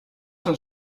een